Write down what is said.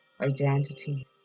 identity